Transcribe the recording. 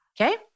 okay